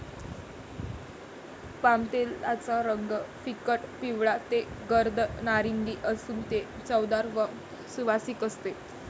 पामतेलाचा रंग फिकट पिवळा ते गर्द नारिंगी असून ते चवदार व सुवासिक असते